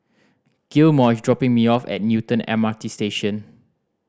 Gilmore is dropping me off at Newton M R T Station